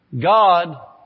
God